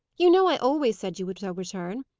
you know i always said you would so return.